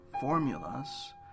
formulas